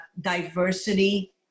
diversity